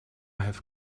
have